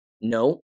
no